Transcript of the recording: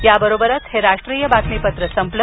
या बरोबरच हे राष्ट्रीय बातमीपत्र सपल